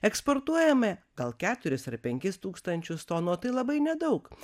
eksportuojame gal keturis ar penkis tūkstančius tonų o tai labai nedaug